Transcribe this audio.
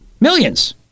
Millions